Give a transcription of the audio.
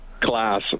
class